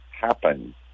happen